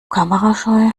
kamerascheu